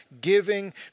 giving